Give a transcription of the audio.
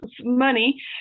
money